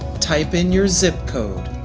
type in your zip code.